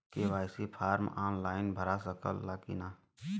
KYC form online भरा सकला की ना?